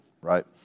right